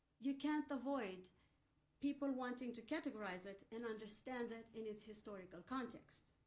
you can't avoid people wanting to categorize it and understand it in its historical context.